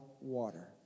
water